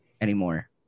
anymore